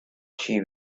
she